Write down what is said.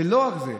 ולא רק זה: